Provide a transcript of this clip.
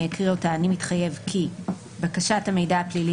אני אקריא אותה: "אני מתחייב כי: (א) בקשת המידע הפלילי